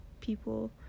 people